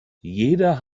jeder